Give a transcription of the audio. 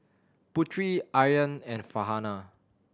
Putri Aryan and Farhanah